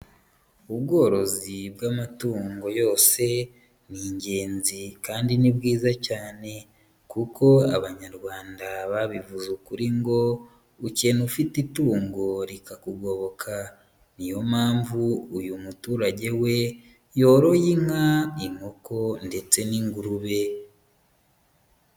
Ubworozi bw'amatungo yose ni ingenzi, kandi ni bwiza cyane. Kuko Abanyarwanda babivuze ukuri ngo, ukene ufite itungo rikakugoboka. Ni yo mpamvu uyu muturage we, yoroye inka, inkoko ndetse n'ingurube.